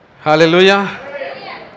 Hallelujah